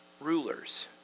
rulers